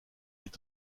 est